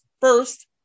first